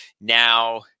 now